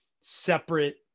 separate